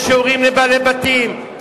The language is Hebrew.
יש שיעורים לבעלי בתים,